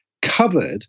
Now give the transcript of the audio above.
covered